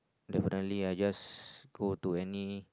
definitely I just go to any